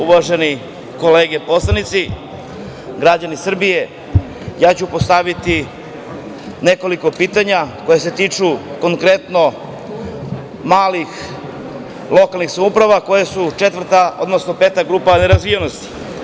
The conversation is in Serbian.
Uvažene kolege poslanici, građani Srbije, ja ću postaviti nekoliko pitanja koja se tiču, konkretno, malih lokalnih samouprava koje su četvrta, odnosno peta grupa nerazvijenosti.